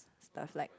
stuff like